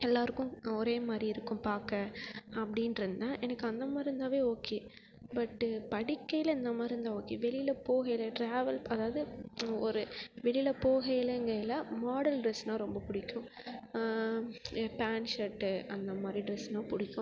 எல்லோருக்கும் ஒரே மாதிரி இருக்கும் பார்க்க அப்படின்னு இருந்தேன் எனக்கு அந்த மாதிரி இருந்தாவே ஓகே பட் படிக்கையில் அந்த மாதிரி இருந்தால் ஓகே வெளியில போகையில் டிராவல் அதாவது ஒரு வெளியில போகயிலங்கையி மாடல் ட்ரெஸ்ன்னா ரொம்ப பிடிக்கும் பேண்ட் ஷர்ட்டு அந்த மாதிரி ட்ரெஸ்னால் பிடிக்கும்